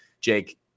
Jake